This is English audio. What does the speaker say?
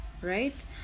right